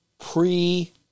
pre